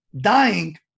dying